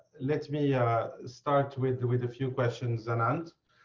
let me yeah start with with a few questions anant.